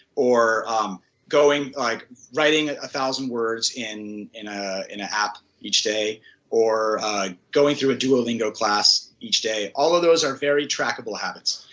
or um going like writing ah a thousand words in in ah an app each day or ah going through a dual lingual class each day. all of those are very trackable habits.